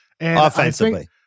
Offensively